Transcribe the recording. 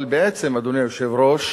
אבל בעצם, אדוני היושב-ראש,